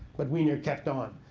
but wiener kept on.